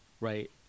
Right